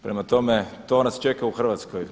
Prema tome, to nas čeka u Hrvatskoj.